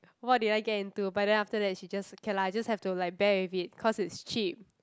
what did I get into but then after that she just okay lah just have to like bear with it cause it's cheap